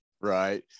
Right